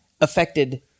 affected